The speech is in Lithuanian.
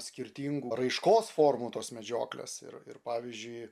skirtingų raiškos formų tos medžioklės ir ir pavyzdžiui